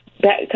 back